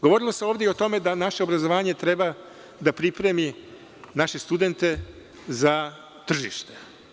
Govorilo se ovde i o tome da naše obrazovanje treba da pripremi naše studente za tržište.